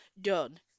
done